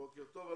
בוקר טוב.